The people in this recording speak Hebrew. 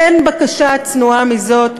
אין בקשה צנועה מזאת,